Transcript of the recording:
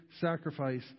sacrifice